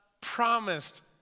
promised